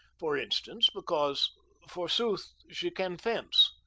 for instance, because forsooth she can fence.